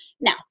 Now